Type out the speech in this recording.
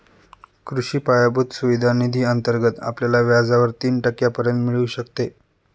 कृषी पायाभूत सुविधा निधी अंतर्गत आपल्याला व्याजावर तीन टक्क्यांपर्यंत मिळू शकते